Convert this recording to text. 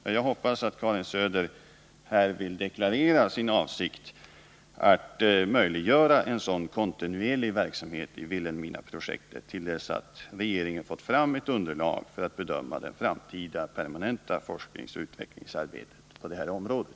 Men jag hoppas att Karin Söder här vill deklarera sin avsikt att möjliggöra en sådan kontinuerlig verksamhet i Vilhelminaprojektet till dess att regeringen fått fram ett underlag för att bedöma det framtida forskningsoch utvecklingsarbetet på det här området.